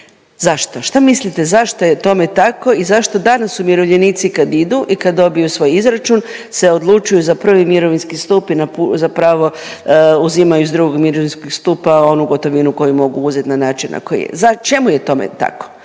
Zašto? Šta mislite zašto je tome tako i zašto danas umirovljenici kad idu i kad dobiju svoj izračun, se odlučuju za 1. mirovinski stup i zapravo uzimaju iz 2. mirovinskog stupa onu gotovinu koju mogu uzet na način na koji je. Čemu je tome tako?